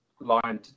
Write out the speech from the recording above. line